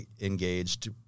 engaged